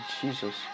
Jesus